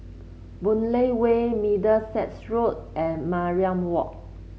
Boon Lay Way Middlesex Road and Mariam Walk